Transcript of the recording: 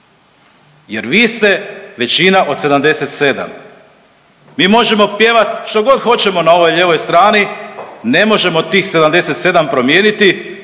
Jer vi ste većina od 77. Mi možemo pjevati što god hoćemo na ovoj lijevoj strani, ne možemo tih 77 promijeniti.